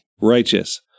Righteous